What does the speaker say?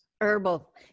Herbal